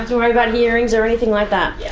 to worry about hearings or anything like that. yeah